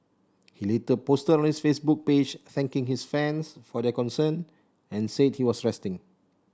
he later posted on his Facebook page thanking his fans for their concern and said he was resting